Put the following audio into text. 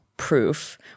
proof